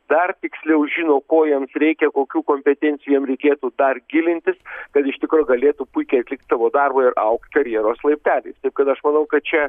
dar tiksliau žino ko jam reikia kokių kompetencijų jiem reikėtų dar gilintis kad iš tikro galėtų puikiai atlikt savo darbą ir augti karjeros laipteliais kad aš manau kad čia